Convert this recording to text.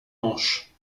manches